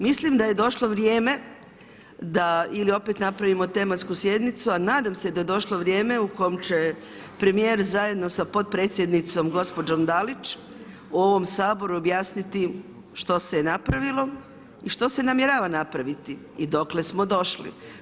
Mislim da je došlo vrijeme da ili opet napravimo tematsku sjednicu, a nadam se da je došlo vrijeme u kom će premijer zajedno sa potpredsjednicom gospođom Dalić ovom Saboru objasniti što se je napravilo i što se namjerava napraviti i dokle smo došli.